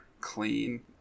clean